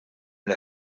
and